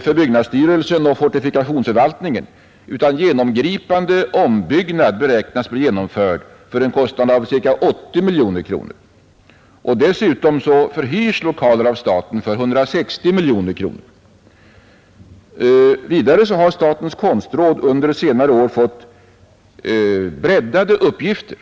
för byggnadsstyrelsen och fortifikationsförvaltningen, utan en genomgripande ombyggnad beräknas bli genomförd för en summa av ca 80 miljoner kronor, och dessutom förhyrs lokaler av staten för en kostnad av ca 160 miljoner kronor. Vidare har statens konstråd under senare år fått breddade uppgifter.